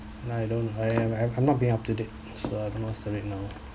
I don't I am I'm I'm not being up to date so I don't know what's the rate now